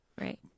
right